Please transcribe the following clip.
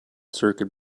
circuit